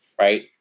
right